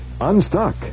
unstuck